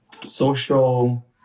social